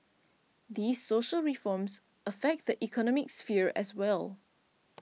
these social reforms affect the economic sphere as well